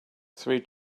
three